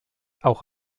auch